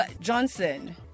Johnson